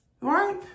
right